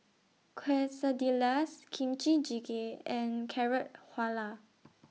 Quesadillas Kimchi Jjigae and Carrot Halwa